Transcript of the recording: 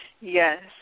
Yes